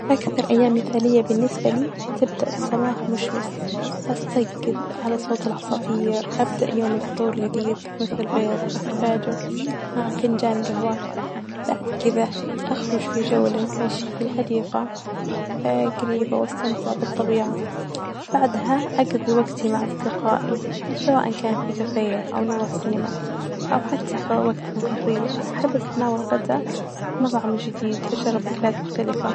أكثر أيام مثالية بالنسبة لي تبدأ بصباح مشمس، أستيقظ علي صوت العغصافير أبدأ يومي بفطور لذيذ مثل بيض أفوكادو مع فنجان جهوة، بعد كدة أخرج في جولة مشي في الحديقة وأستمتع بالطبيعة، بعدها أقظي وجتي مع أصدقائي، سواءا كانت في كافية أو نروح سينما أو حتي في وجت الظهرية أحب أتناول الغدا في مطعم جديد، مختلفة.